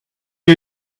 est